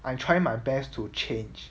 I try my best to change